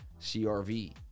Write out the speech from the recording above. CRV